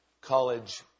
college